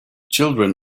children